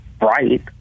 Right